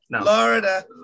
Florida